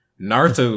Naruto